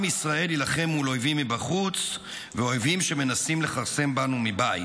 עם ישראל יילחם מול אויבים מבחוץ ואויבים שמנסים לכרסם בנו מבית'.